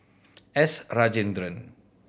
S Rajendran